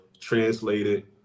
translated